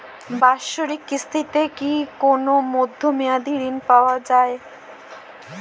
বাৎসরিক কিস্তিতে কি কোন মধ্যমেয়াদি ঋণ পাওয়া যায়?